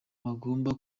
bagomba